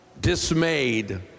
dismayed